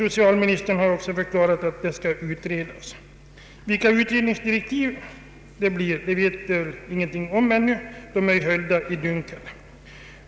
Han har också förklarat att frågan skall utredas. Ang. vidgad förtidspensionering, m.m. Vilka utredningsdirektiven blir vet vi ännu ingenting om — det är höljt i dunkel.